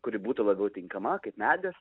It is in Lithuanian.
kuri būtų labiau tinkama kaip medis